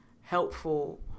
helpful